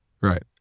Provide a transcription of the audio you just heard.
right